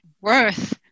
worth